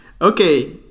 okay